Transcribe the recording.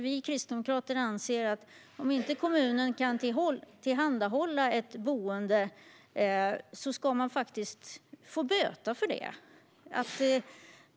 Vi kristdemokrater anser att kommunen ska få böta om den inte kan tillhandahålla ett boende.